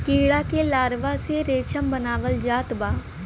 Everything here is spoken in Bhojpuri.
कीड़ा के लार्वा से रेशम बनावल जात बा